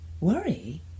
Worry